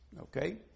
Okay